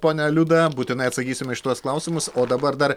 ponia liuda būtinai atsakysime į šituos klausimus o dabar dar